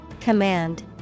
Command